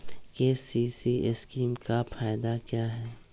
KCC scheme का फायदा क्या है?